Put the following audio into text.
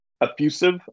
effusive